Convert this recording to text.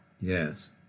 Yes